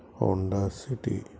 Honda city